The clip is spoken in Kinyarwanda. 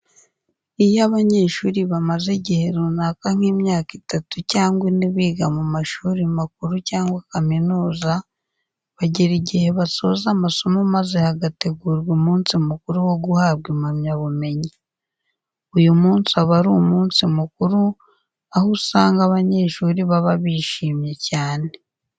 Iyo abanyeshuri bamaze igihe runaka nk'imyaka itatu cyangwa imyaka ine biga mu mashuri makuru cyangwa kaminuza bagera igihe basoza amasomo maze hagategurwa umunsi mukuru wo guhabwa impamyabumenyi. Uyu munsi uba ari umunsi mukuru aho usanga abanyeshuri baba bishimye cyane.